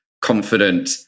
confident